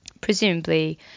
Presumably